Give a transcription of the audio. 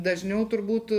dažniau turbūt